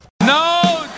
No